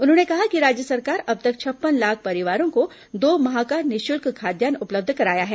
उन्होंने कहा कि राज्य सरकार अब तक छप्पन लाख परिवारों को दो माह का निःशुल्क खाद्यान्न उपलब्ध कराया है